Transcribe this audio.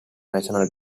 national